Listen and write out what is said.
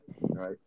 Right